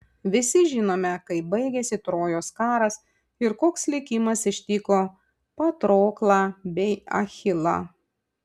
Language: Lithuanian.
visi žinome kaip baigėsi trojos karas ir koks likimas ištiko patroklą bei achilą